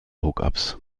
hookups